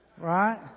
Right